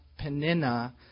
Penina